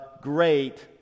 great